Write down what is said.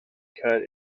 cut